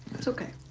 it's ok.